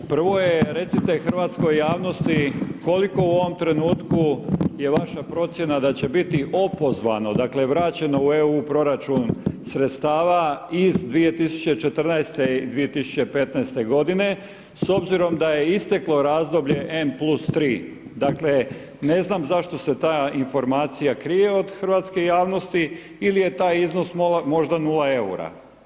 Prvo je, recite hrvatskoj javnosti koliko u ovom trenutku je vaša procjena da će biti opozvano, dakle, vraćeno u EU proračun sredstava iz 2014. i 2015.g. s obzirom da je isteklo razdoblje N+3, dakle, ne znam zašto se ta informacija krije od hrvatske javnosti ili je taj iznos možda 0 EUR-a?